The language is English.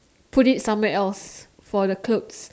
put it somewhere else for the clothes